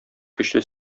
көчле